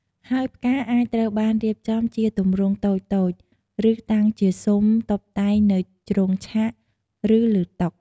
ហើយផ្កាអាចត្រូវបានរៀបចំជាចម្រង់តូចៗ ឬតាងជាស៊ុមតុបតែងនៅជ្រុងឆាក ឬលើតុ។